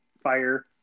fire